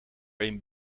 een